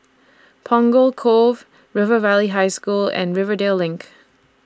Punggol Cove River Valley High School and Rivervale LINK